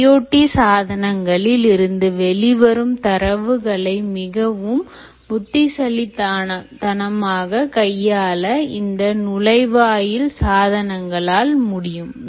IoT சாதனங்களில் இருந்து வெளிவரும் தரவுகளை மிகவும் புத்திசாலித்தனமாக கையாள இந்த நுழைவாயில் சாதனங்களால் முடியும்